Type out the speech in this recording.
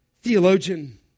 Theologian